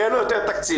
יהיה לו יותר תקציב.